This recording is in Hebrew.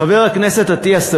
חבר הכנסת אטיאס,